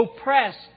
oppressed